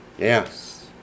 Yes